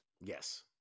Yes